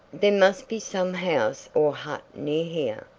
there must be some house or hut near here,